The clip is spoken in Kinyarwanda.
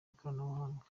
ikoranabuhanga